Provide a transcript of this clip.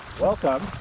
Welcome